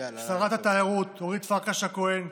שרת התיירות אורית פרקש הכהן,